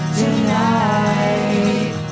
tonight